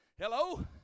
Hello